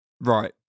right